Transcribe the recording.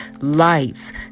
lights